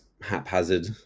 haphazard